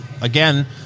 again